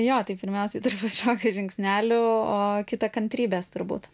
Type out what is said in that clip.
jo tai pirmiausiai turbūt šokių žingsnelių o kita kantrybės turbūt